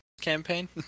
campaign